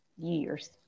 years